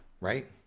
right